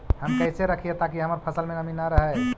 हम कैसे रखिये ताकी हमर फ़सल में नमी न रहै?